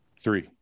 Three